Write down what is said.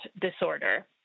disorder